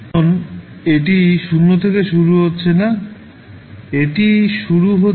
কারণ এটি 0 থেকে শুরু হচ্ছে না এটি শুরু হচ্ছে সময় t0 থেকে